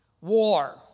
War